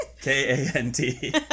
K-A-N-T